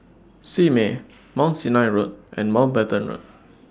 Simei Mount Sinai Road and Mountbatten Road